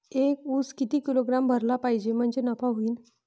एक उस किती किलोग्रॅम भरला पाहिजे म्हणजे नफा होईन?